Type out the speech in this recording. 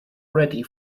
ready